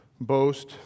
boast